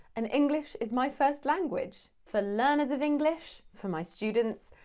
and english is my first language. for learners of english, for my students,